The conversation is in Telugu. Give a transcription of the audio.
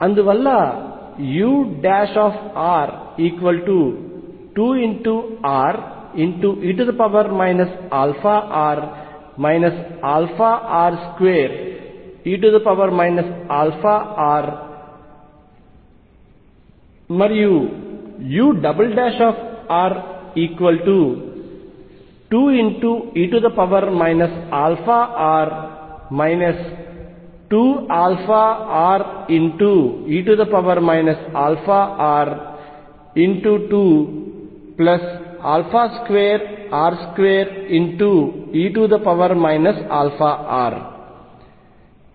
అందువలన ur2re αr αr2e αr మరియు ur2e αr 2αre αr×22r2e αr